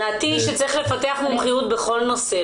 דעתי היא שצריך לפתח מומחיות בכל נושא,